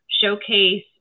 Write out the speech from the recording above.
showcase